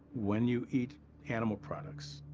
when you eat animal products,